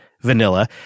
vanilla